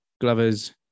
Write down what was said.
Glovers